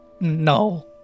no